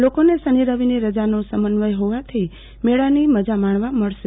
લોકોને શનિ રવિની રજાનો સમન્વય હોવાથી મેળાની મજા માણવા મળશે